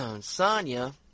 Sonya